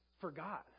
forgot